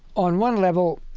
on one level,